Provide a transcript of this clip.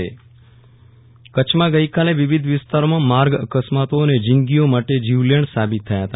વિરલ રાણા અકસ્માત કચ્છમાં ગઈકાલે વિવિધ વિસ્તારોમાં માર્ગ અકસ્માતો અનેક જીંદગીઓ માટે જીવલેણ સાબિત થયા હતા